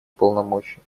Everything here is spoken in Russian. полномочий